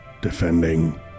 defending